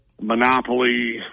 monopoly